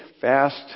fast